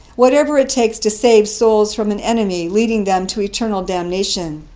whatever it takes to save souls from an enemy leading them to eternal damnation.